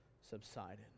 subsided